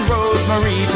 Rosemary